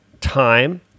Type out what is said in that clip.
time